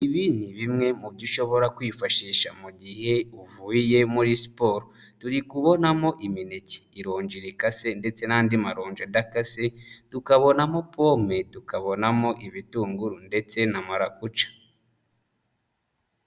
Ibi ni bimwe mu byo ushobora kwifashisha mu gihe uvuye muri siporo. Turi kubonamo imineke, ironji rikase ndetse n'andi maronji adakase, tukabonamo pome, tukabonamo ibitunguru ndetse na marakuja.